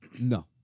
No